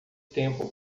tempo